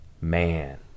man